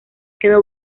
quedó